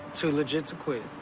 too legit to quit.